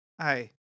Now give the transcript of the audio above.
Hi